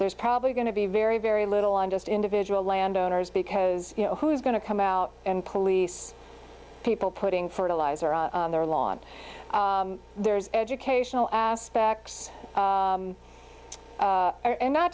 there's probably going to be very very little on just individual landowners because you know who's going to come out and police people putting fertilizer on their lawn there's educational aspects